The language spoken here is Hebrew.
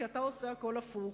כי אתה עושה הכול הפוך.